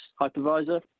hypervisor